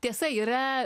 tiesa yra